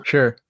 Sure